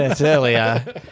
earlier